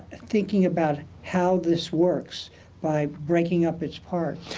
thinking about how this works by breaking up its parts.